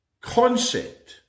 Concept